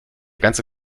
ganze